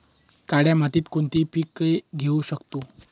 काळ्या मातीत कोणती पिके घेऊ शकतो?